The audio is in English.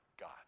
God